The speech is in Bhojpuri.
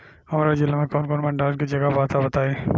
हमरा जिला मे कवन कवन भंडारन के जगहबा पता बताईं?